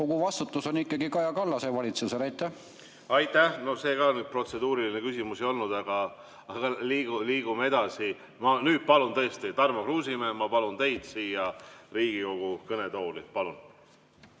kogu vastutus on ikkagi Kaja Kallase valitsusel. Aitäh! No see ka nüüd protseduuriline küsimus ei olnud, aga liigume edasi. Nüüd tõesti, Tarmo Kruusimäe, ma palun teid siia Riigikogu kõnetooli. Palun!